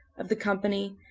of the company,